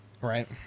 right